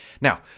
Now